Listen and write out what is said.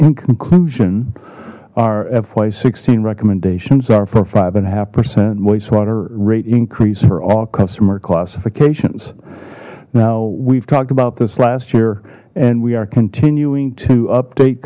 in conclusion our fy recommendations are for five and a half percent wastewater rate increase for all customer classifications now we've talked about this last year and we are continuing to update